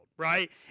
right